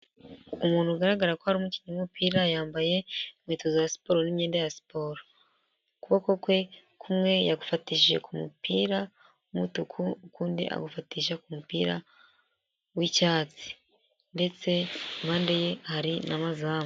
Umuntu bigaragara ko ari umukinnyi w'umupira, yambaye inkweto za siporo n'immyenda ya siporo, ukuboko kwe kumwe yagufatishije ku mupira w'umutuku ukundi agufatisha ku mupira w'icyatsi ndetse impande ye hari n'amazamu.